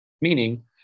meaning